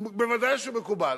ודאי שזה מקובל.